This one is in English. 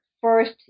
first